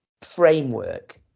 framework